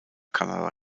kanada